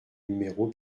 numéro